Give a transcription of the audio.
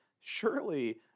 surely